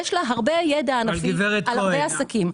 יש לה הרבה ידע ענפי על הרבה עסקים.